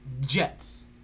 Jets